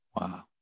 Wow